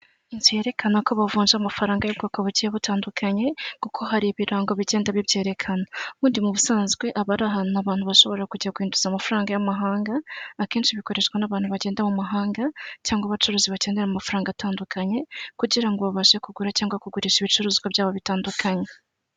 Inzu yerekana ko bavunja amafaranga y'ubwoko bugiye butandukanye kuko hari ibirango bigenda bibyerekana, ubundi mu busanzwe aba ari ahantu abantu bashobora kujya guhinduza amafaranga y'amahanga, akenshi bikoreshwa n'abantu bagenda mu mahanga cyangwa abacuruzi bakeneyera amafaranga atandukanye kugira ngo babashe kugura cyangwa kugurisha ibicuruzwa by'abo bitandukanye.